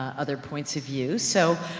other points of view, so,